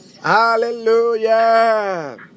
Hallelujah